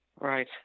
Right